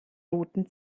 roten